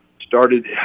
started